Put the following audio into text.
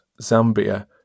Zambia